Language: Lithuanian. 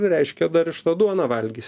reiškia dar iš to duoną valgys